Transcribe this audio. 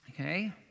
Okay